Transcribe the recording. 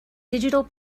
digital